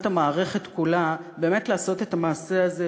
המערכת כולה באמת לעשות את המעשה הזה,